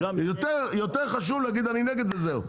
יותר חשוב להגיד אני נגד, וזהו.